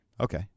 Okay